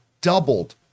doubled